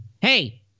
hey